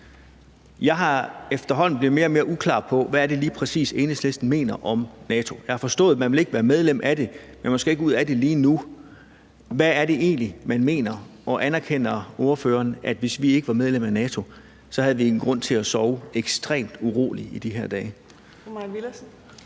Jeg er efterhånden blevet mere og mere uklar på, hvad det lige præcis er, Enhedslisten mener om NATO. Jeg forstod, at man ikke vil være medlem af det, men at man ikke skal ud af det lige nu. Hvad er det egentlig, man mener, og anerkender ordføreren, at vi, hvis vi ikke var medlemmer af NATO, så havde vi en grund til at sove ekstremt uroligt i de her dage?